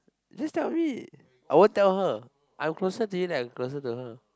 just tell me I won't tell her I'm closer to you than I'm closer to her